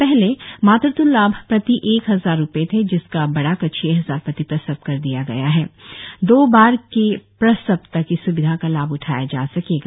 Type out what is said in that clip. पहले मातृत्व लाभ प्रति एक हजार रुपए थे जिसको अब बढ़ाकर छह हजार प्रति प्रसव कर दिया गया है दो बार क् प्रसव तक इस स्विधा का लाभ उठाया जा सकेगा